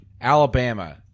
Alabama